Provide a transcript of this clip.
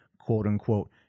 quote-unquote